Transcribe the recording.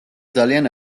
ძალიან